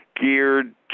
geared